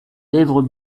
lèvres